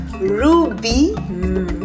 ruby